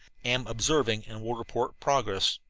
am observing and will report progress.